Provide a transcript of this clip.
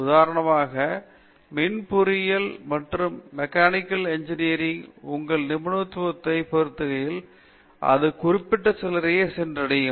உதாரணமாக மின் பொறியியல் மற்றும் மெக்கானிக்கல் இன்ஜினியலில் உங்கள் நிபுணத்துவத்தைப் பெறுகையில் அது குறிப்பிட்ட சிலரையே சென்றடையும்